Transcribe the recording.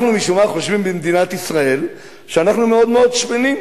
משום מה אנחנו במדינת ישראל חושבים שאנחנו מאוד מאוד שמנים,